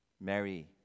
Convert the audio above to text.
Mary